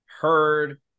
heard